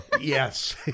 Yes